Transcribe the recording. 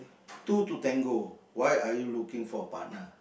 two to tango why are you looking for a partner